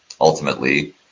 ultimately